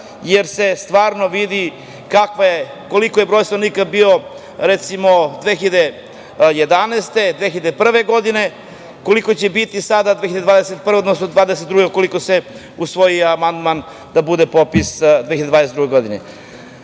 jer se stvarno vidi koliki je broj stanovnika bio, recimo 2011. 2001. godine, koliko će biti sada, odnosno 2022. ukoliko se usvoji amandman da bude popis 2022. godine. Inače,